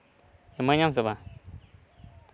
ᱮᱢᱟᱹᱧ ᱟᱢ ᱥᱮ ᱵᱟᱝ